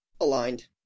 Aligned